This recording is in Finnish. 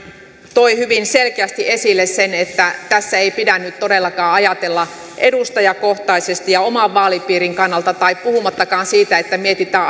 toi hyvin selkeästi esille sen että tässä ei pidä nyt todellakaan ajatella edustajakohtaisesti ja oman vaalipiirin kannalta tai puhumattakaan siitä että mietitään